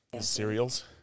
cereals